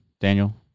Daniel